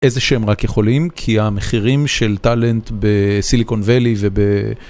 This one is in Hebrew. איזה שהם רק יכולים, כי המחירים של טאלנט בסיליקון ואלי וב...